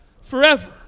forever